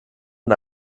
mit